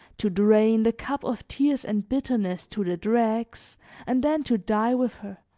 to drain the cup of tears and bitterness to the dregs and then to die with her.